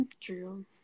True